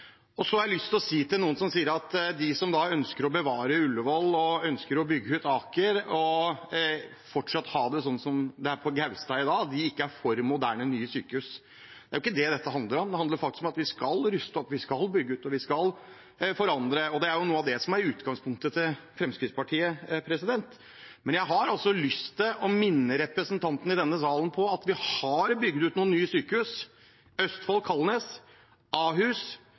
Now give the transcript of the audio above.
har lyst til å si til dem som sier at de som ønsker å bevare Ullevål og bygge ut Aker og fortsatt ha det sånn som det er på Gaustad i dag, ikke er for moderne, nye sykehus, at det er jo ikke det dette handler om. Det handler om at vi skal ruste opp, vi skal bygge ut, og vi skal forandre, og det er noe av det som er utgangspunktet til Fremskrittspartiet. Men jeg har lyst til å minne representantene i salen på at vi har bygd ut noen nye sykehus – Østfold Kalnes, Ahus